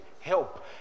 help